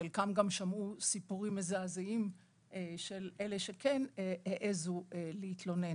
חלקם גם שמעו סיפורים מזעזעים של אלה שכן העזו להתלונן.